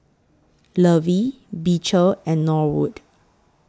Lovie Beecher and Norwood